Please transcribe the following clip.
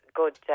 good